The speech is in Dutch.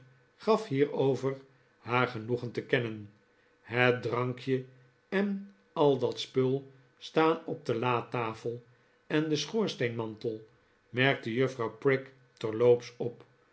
gaf hierover haar genoegen te kennen het drankje en al dat spul staan op de latafel en den schoorsteenmantel merkte juffrouw prig terloops op